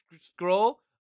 Scroll